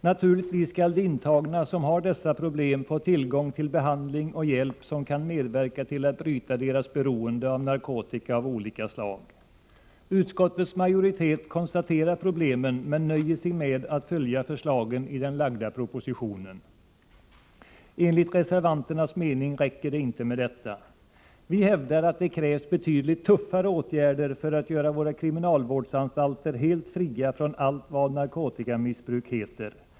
Naturligtvis skall de intagna som har dessa problem få tillgång till behandling och hjälp, som kan medverka till att bryta deras beroende av narkotika av olika slag. Utskottets majoritet konstaterar problemen men nöjer sig med att följa förslagen i den framlagda propositionen. Enligt reservanternas mening räcker det inte med detta. Vi hävdar att det krävs betydligt ”tuffare” åtgärder för att göra våra kriminalvårdsanstalter helt fria från allt vad narkotikamissbruk heter.